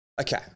okay